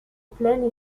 plaine